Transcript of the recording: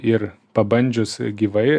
ir pabandžius gyvai